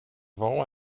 var